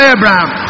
Abraham